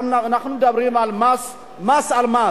אנחנו מדברים על מס על מס.